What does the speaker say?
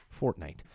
Fortnite